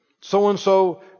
So-and-so